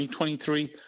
2023